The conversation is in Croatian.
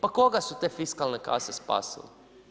Pa koga su te fiskalne kase spasile?